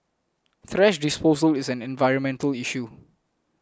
thrash disposal is an environmental issue